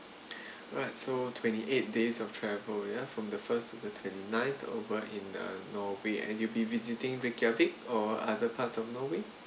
right so twenty-eight days of travel ya from the first to the twenty-ninth over in uh norway and you'll be visiting reykjavik or other parts of norway